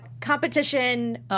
competition